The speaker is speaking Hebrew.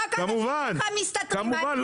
כמובן,